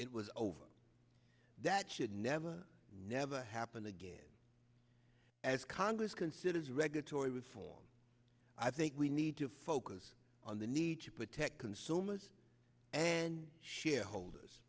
it was over that should never never happen again as congress considers regulatory reform i think we need to focus on the need to protect consumers and shareholders